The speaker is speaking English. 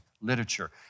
literature